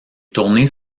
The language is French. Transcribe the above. tournées